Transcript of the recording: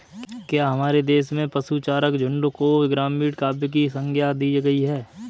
क्या हमारे देश में पशुचारक झुंड को ग्रामीण काव्य की संज्ञा दी गई है?